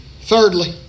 Thirdly